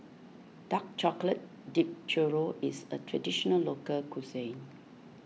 Dark Chocolate Dipped Churro is a Traditional Local Cuisine